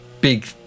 big